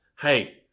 Hey